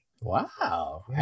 wow